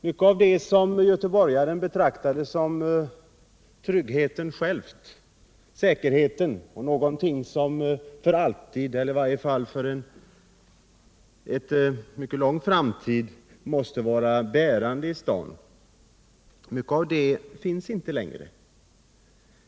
Mycket av det som göteborgaren betraktade som tryggheten själv, säkerheten och någonting som för alltid — eller i varje fall för en mycket lång framtid — måste vara bärande finns inte längre.